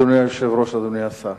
אדוני היושב-ראש, אדוני השר,